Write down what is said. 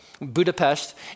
Budapest